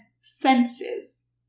senses